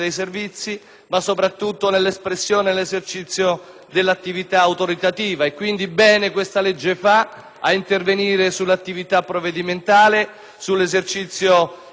ma soprattutto nell'espressione e nell'esercizio dell'attività autoritativa. Quindi, bene questa legge fa ad intervenire sull'attività provvedimentale, sull'esercizio e sul